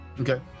Okay